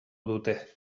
dute